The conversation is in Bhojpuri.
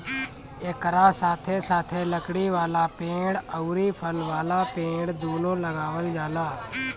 एकरा साथे साथे लकड़ी वाला पेड़ अउरी फल वाला पेड़ दूनो लगावल जाला